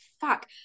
fuck